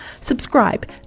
subscribe